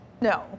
No